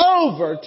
over